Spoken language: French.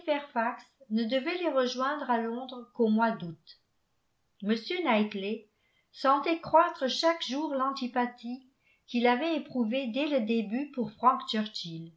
ne devait les rejoindre à londres qu'au mois d'août m knightley sentait croître chaque jour l'antipathie qu'il avait éprouvée dès le début pour frank